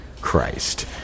Christ